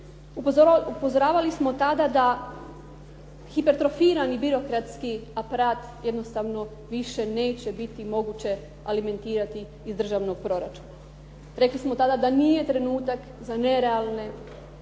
Upozoravali smo tada da hipertrofirani birokratski aparat jednostavno više neće biti moguće alimentirati iz državnog proračuna. Rekli smo tada da nije trenutak za nerealne,